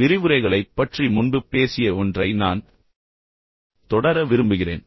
விரிவுரைகளைப் பற்றி முன்பு பேசிய ஒன்றை நான் தொடர விரும்புகிறேன்